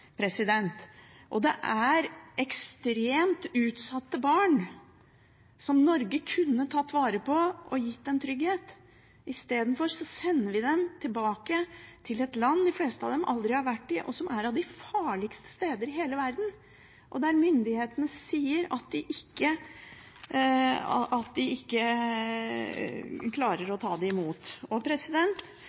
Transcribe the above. og det er ekstremt utsatte barn som Norge kunne tatt vare på og gitt trygghet. I stedet sender vi dem tilbake til et land de fleste av dem aldri har vært i, og som er blant de farligste steder i hele verden, og myndighetene der sier at de ikke klarer å ta imot